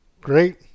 Great